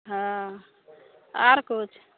हॅं आर किछु